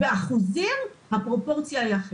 באחוזים הפרופורציה היא אחרת.